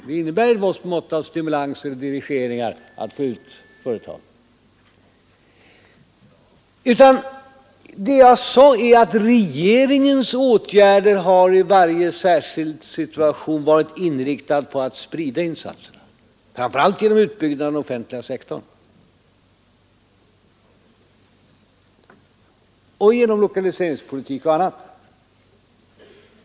Det innebär ett visst mått av stimulanser och dirigeringar att få ut företagen. Det jag sade är att regeringens åtgärder har i varje särskild situation varit inriktade på att sprida insatserna, framför allt genom utbyggnad av den offentliga sektorn och genom lokaliseringspolitik och annat.